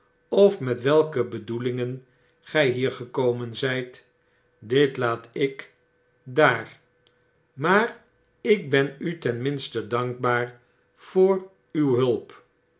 of met welke bedoelingen gy hier gekomen zyt dit laat ik daar maar ik ben u ten minste dankbaar voor uw hulp